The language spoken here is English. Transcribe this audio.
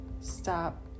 stop